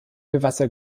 gewässer